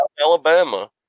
Alabama